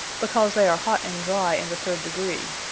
because they are hot and dry in the third degree.